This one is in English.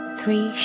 three